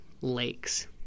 lakes